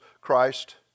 Christ